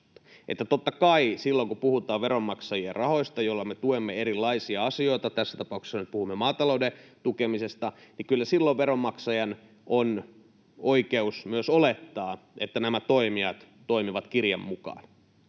Totta kai silloin, kun puhutaan veronmaksajien rahoista, joilla me tuemme erilaisia asioita — tässä tapauksessa nyt puhumme maatalouden tukemisesta — veronmaksajalla on oikeus myös olettaa, että nämä toimijat toimivat kirjan mukaan.